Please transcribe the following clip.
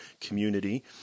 community